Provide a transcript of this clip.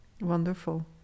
Wonderful